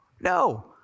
no